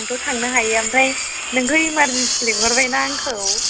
आंथ' थांनो हायो ओमफ्राय नोंथ' इमारजेन्सि लिंहरबाय ना आंखौ